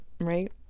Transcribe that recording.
right